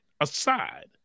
aside